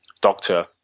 doctor